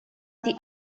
die